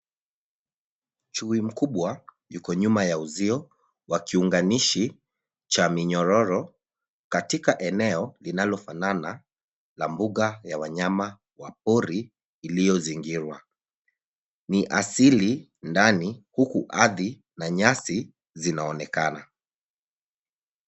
Chui mkubwa yuko nyuma ya uzio wa kiunganishi cha minyororo katika eneo linalofanana na mbuga ya wanyama pori iliyozingirwa. Ni asili ndani huku ardhi na nyasi zikionekana.